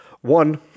One